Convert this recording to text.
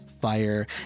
fire